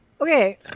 Okay